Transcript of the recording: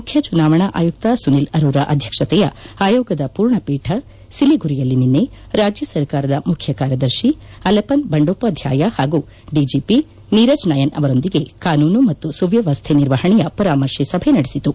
ಮುಖ್ಯ ಚುನಾವಣಾ ಆಯುಕ್ತ ಸುನಿಲ್ ಅರೋರ ಅಧ್ಯಕ್ಷತೆಯ ಆಯೋಗದ ಪೂರ್ಣ ಪೀಠ ಸಿಲಿಗುರಿಯಲ್ಲಿ ನಿನ್ನೆ ರಾಜ್ಯ ಸರ್ಕಾರದ ಮುಖ್ಯ ಕಾರ್ಯದರ್ಶಿ ಅಲಪನ್ ಬಂಡೋಪಾಧ್ಯಾಯ ಹಾಗೂ ದಿಜಿಪಿ ನೀರಜ್ ನಯನ್ ಅವರೊಂದಿಗೆ ಕಾನೂನು ಮತ್ತು ಸುವ್ಯವಸ್ಥೆ ನಿರ್ವಹಣೆಯ ಪರಾಮರ್ಶೆ ಸಭೆ ನಡೆಸಿತು